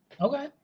Okay